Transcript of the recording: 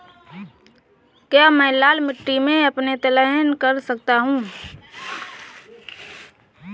क्या मैं लाल मिट्टी में तिलहन कर सकता हूँ?